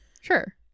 Sure